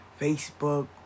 Facebook